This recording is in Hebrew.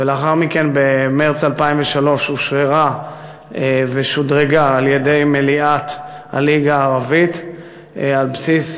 ולאחר מכן במרס 2003 אושררה ושודרגה על-ידי מליאת הליגה הערבית על בסיס,